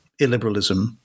illiberalism